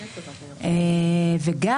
וגם,